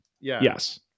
Yes